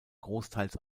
großteils